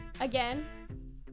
Again